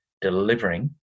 delivering